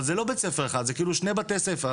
זה שני בתי ספר.